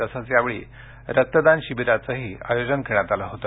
तसंच यावेळी रक्तदान शिबिराचंही आयोजन करण्यात आलं होतं